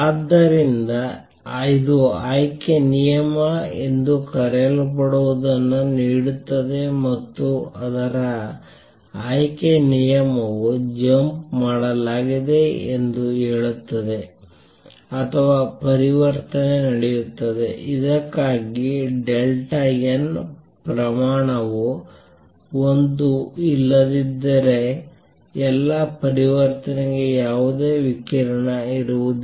ಆದ್ದರಿಂದ ಇದು ಆಯ್ಕೆ ನಿಯಮ ಎಂದು ಕರೆಯಲ್ಪಡುವದನ್ನು ನೀಡುತ್ತದೆ ಮತ್ತು ಅದರ ಆಯ್ಕೆ ನಿಯಮವು ಜಂಪ್ ಮಾಡಲಾಗಿದೆ ಎಂದು ಹೇಳುತ್ತದೆ ಅಥವಾ ಪರಿವರ್ತನೆ ನಡೆಯುತ್ತದೆ ಇದಕ್ಕಾಗಿ ಡೆಲ್ಟಾ n ಪ್ರಮಾಣವು ಒಂದು ಇಲ್ಲದಿದ್ದರೆ ಎಲ್ಲಾ ಪರಿವರ್ತನೆಗೆ ಯಾವುದೇ ವಿಕಿರಣ ಇರುವುದಿಲ್ಲ